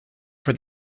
for